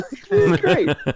Great